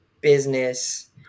business